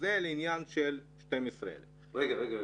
זה לעניין 12,000. רגע, רגע.